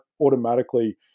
automatically